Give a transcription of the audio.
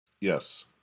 Yes